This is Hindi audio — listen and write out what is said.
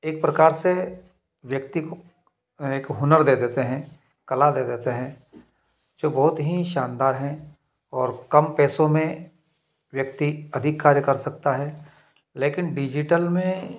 एक प्रकार से व्यक्ति को एक हुनर दे देते हैं कला दे देते हैं जो बहुत ही शानदार है और कम पैसों में व्यक्ति अधिक कार्य कर सकता है लेकिन डिजिटल में